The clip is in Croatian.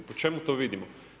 Po čemu to vidimo?